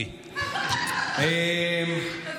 אי-אפשר לעזוב אותך.